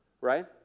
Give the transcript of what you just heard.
Right